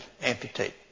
amputate